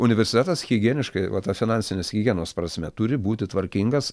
universitetas higieniškai va ta finansinės higienos prasme turi būti tvarkingas